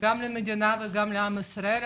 גם למדינה וגם לעם ישראל.